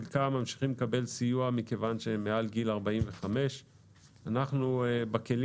חלקם ממשיכים לקבל סיוע מכיוון שהם מעל גיל 45. בכלים